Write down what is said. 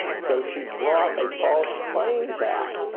so she brought a false claims act.